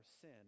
sin